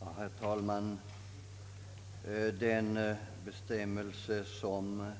Herr talman! Den bestämmelse som